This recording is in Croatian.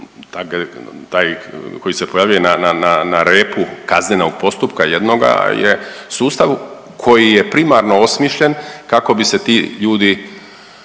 koji se pojavljuje na, na, na repu kaznenog postupka jednoga je sustav koji je primarno osmišljen kako bi se ti ljudi